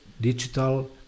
digital